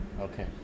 Okay